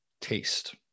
taste